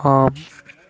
ஆம்